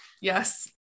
Yes